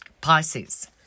Pisces